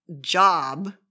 job